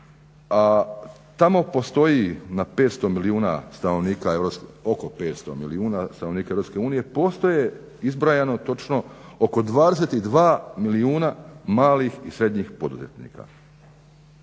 EU, oko 500 milijuna stanovnika EU, postoje izbrojano točno oko 22 milijuna malih i srednjih poduzetnika.